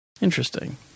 Interesting